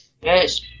Yes